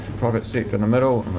private sector in the middle,